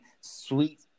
sweet